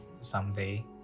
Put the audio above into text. someday